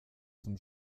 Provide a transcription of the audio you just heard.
zum